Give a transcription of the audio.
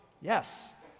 Yes